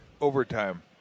overtime